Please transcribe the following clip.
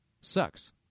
sucks